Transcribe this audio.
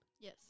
Yes